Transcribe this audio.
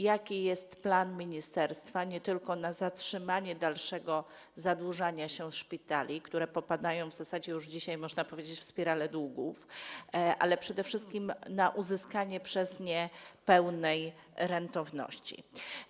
Jaki jest plan ministerstwa nie tylko na zatrzymanie dalszego zadłużania się szpitali, które popadają - w zasadzie już dzisiaj można to powiedzieć - w spiralę długów, ale przede wszystkim na uzyskanie przez nie pełnej rentowności?